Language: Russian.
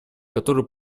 которые